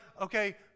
okay